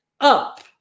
up